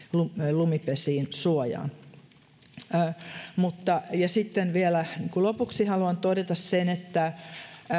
lumipesiin suojaan ja sitten vielä lopuksi haluan todeta sen että